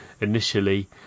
initially